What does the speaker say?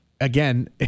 again